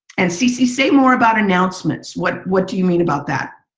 and she say more about announcements. what what do you mean about that?